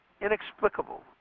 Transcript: inexplicable